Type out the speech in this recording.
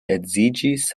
edziĝis